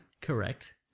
correct